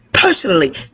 Personally